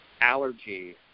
allergy